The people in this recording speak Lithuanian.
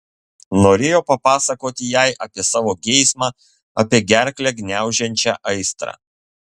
norėjo papasakoti jai apie savo geismą apie gerklę gniaužiančią aistrą